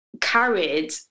carried